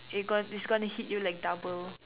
it going it's going to hit you like double